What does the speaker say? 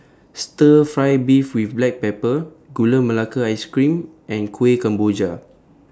Stir Fry Beef with Black Pepper Gula Melaka Ice Cream and Kuih Kemboja